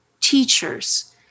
teachers